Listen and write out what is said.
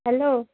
hello